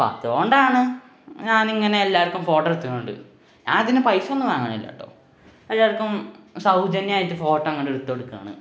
അപ്പോള് അതുകൊണ്ടാണ് ഞാനിങ്ങനെ എല്ലാവര്ക്കും ഫോട്ടോ എടുത്തുംകൊണ്ട് ഞാനതിന് പൈസയൊന്നും വാങ്ങുന്നില്ല കെട്ടോ എല്ലാവര്ക്കും സൗജന്യമായിട്ട് ഫോട്ടോ അങ്ങോട്ട് എടുത്തു കൊടുക്കുകയാണ്